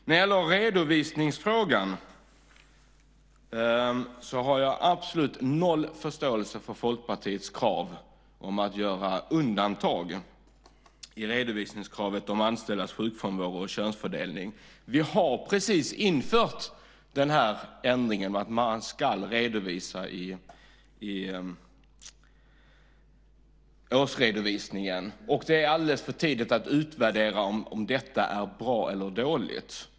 När det gäller redovisningsfrågan har jag absolut noll förståelse för Folkpartiets krav om att göra undantag i redovisningskravet om anställdas sjukfrånvaro och könsfördelning. Vi har precis infört ändringen att man ska redovisa i årsredovisningen. Det är alldeles för tidigt att utvärdera om detta är bra eller dåligt.